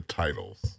titles